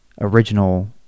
original